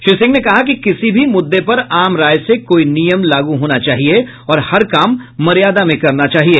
श्री सिंह ने कहा कि किसी भी मुद्दे पर आम राय से कोई नियम लागू होना चाहिए और हर काम मर्यादा में करना चाहिए